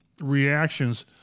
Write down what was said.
reactions